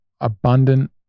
abundant